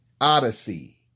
Odyssey